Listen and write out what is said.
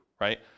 right